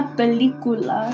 película